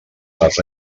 les